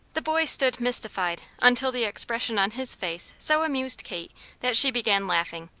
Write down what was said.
the boy stood mystified until the expression on his face so amused kate that she began laughing,